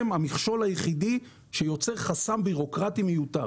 המכשול היחידי שיוצר חסם בירוקרטי מיותר.